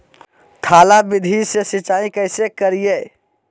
थाला विधि से सिंचाई कैसे करीये?